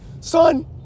Son